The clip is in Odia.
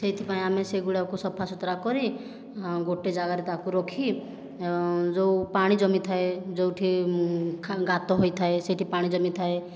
ସେଥିପାଇଁ ଆମେ ସେଗୁଡ଼ିକୁ ସଫାସୁତୁରା କରି ଗୋଟିଏ ଜାଗାରେ ତାକୁ ରଖି ଯେଉଁ ପାଣି ଜମିଥାଏ ଯେଉଁଠି ଗାତ ହୋଇଥାଏ ସେଠି ପାଣି ଜମିଥାଏ